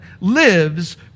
lives